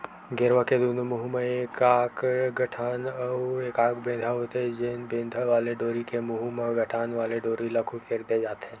गेरवा के दूनों मुहूँ म एकाक गठान अउ एकाक बेंधा होथे, जेन बेंधा वाले डोरी के मुहूँ म गठान वाले डोरी ल खुसेर दे जाथे